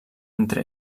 entre